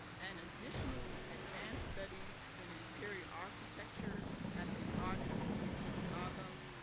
and additional advanced studies in interior architecture at the art institute of chicago.